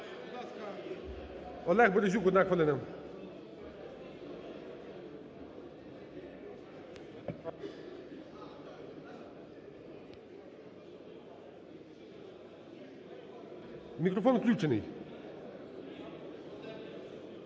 Олег Березюк, одна хвилина. Мікрофон включений.